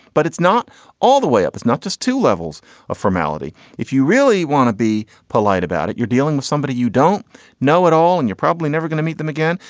but it's not all the way up. it's not just two levels of formality. if you really want to be polite about it, you're dealing with somebody you don't know at all and you're probably never going to meet them again.